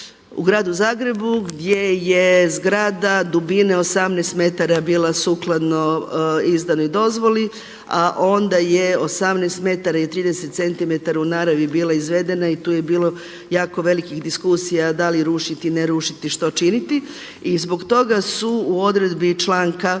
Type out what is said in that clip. u gradu Zagrebu gdje je zgrada dubine 18 m bila sukladno izdanoj dozvoli, a onda je 18 m i 30 cm u naravi bila izvedena i tu je bilo jako velikih diskusija da li rušiti, ne rušiti, što činiti. I zbog toga su u odredbi članka